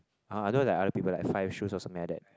ah I don't like other people like five shoes or something like that